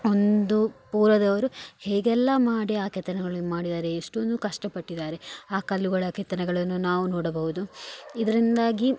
ಒಂದು ಊರಿನವರು ಹೇಗೆಲ್ಲ ಮಾಡಿ ಆ ಕೆತ್ತನೆಗಳನ್ನು ಮಾಡಿದ್ದಾರೆ ಎಷ್ಟೊಂದು ಕಷ್ಟ ಪಟ್ಟಿದ್ದಾರೆ ಆ ಕಲ್ಲುಗಳ ಕೆತ್ತನೆಗಳನ್ನು ನಾವು ನೋಡಬೌದು ಇದರಿಂದಾಗಿ